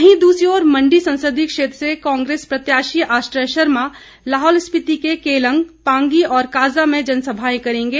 वहीं दूसरी ओर मंडी संसदीय क्षेत्र से कांग्रेस प्रत्याशी आश्रय शर्मा लाहौल स्पीति के केलांग पांगी और काजा में जनसभाए करेंगे